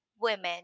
women